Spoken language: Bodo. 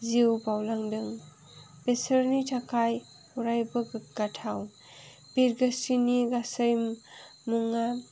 जिउ बाउलांदों बिसोरनि थाखाय अरायबो गोग्गाथाव बिरगोस्रिनि गासै मुङा